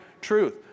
truth